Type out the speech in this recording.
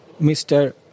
Mr